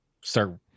Start